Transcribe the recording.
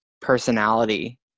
personality